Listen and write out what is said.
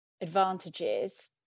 advantages